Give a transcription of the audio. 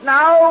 now